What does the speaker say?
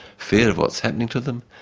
fear of what's happening to them,